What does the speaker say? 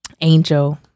angel